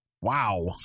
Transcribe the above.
wow